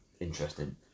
Interesting